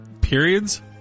Periods